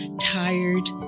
tired